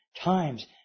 times